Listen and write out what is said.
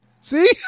see